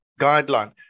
guideline